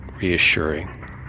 reassuring